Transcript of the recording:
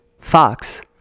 Fox